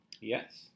Yes